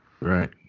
Right